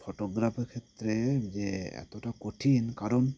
ফটোগ্রাফির ক্ষেত্রে যে এতটা কঠিন কারণ